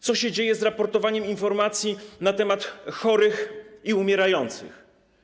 Co się dzieje z raportowaniem informacji na temat chorych i umierających?